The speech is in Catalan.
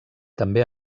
també